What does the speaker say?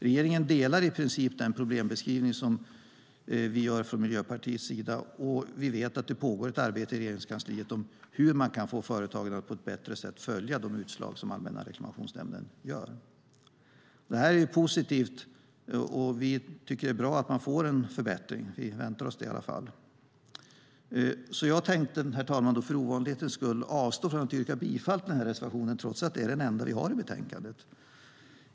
Regeringen delar i princip den problembeskrivning som vi gör från Miljöpartiets sida, och vi vet att det pågår ett arbete i Regeringskansliet om hur man kan få företagen att på ett bättre sätt följa de utslag som Allmänna reklamationsnämnden gör. Det är positivt, och vi tycker att det är bra att man får en förbättring - vi väntar oss det i alla fall. Jag tänkte, herr talman, för ovanlighetens skull avstå från att yrka bifall till den här reservationen, trots att det är den enda vi har i betänkandet.